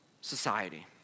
society